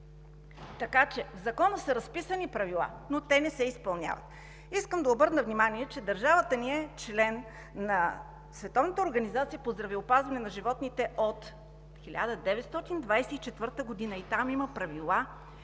Така че в Закона са разписани правила, но те не се изпълняват. Искам да обърна внимание, че държавата ни е член на Световната организация